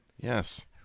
Yes